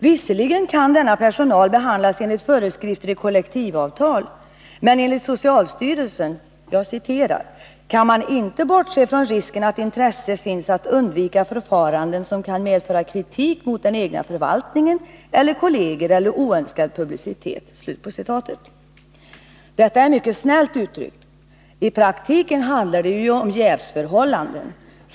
Visserligen kan denna personal behandlas enligt föreskrifter i kollektivavtal, men enligt socialstyrelsen ”kan man inte bortse från risken att intresse finns att undvika förfaranden som kan medföra kritik mot den egna förvaltningen eller kolleger eller oönskad publicitet”. Det är mycket snällt uttryckt. I praktiken handlar det om jävsförhållanden.